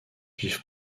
vivent